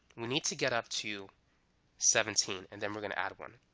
we need to get up to seventeen and then we're gonna add one.